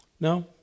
No